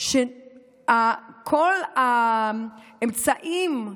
שכל האמצעים,